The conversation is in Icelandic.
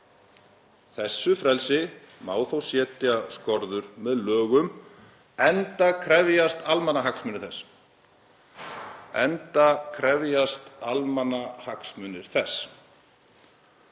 Þessu frelsi má þó setja skorður með lögum, enda krefjist almannahagsmunir þess.“ Enda krefjast almannahagsmunir þess.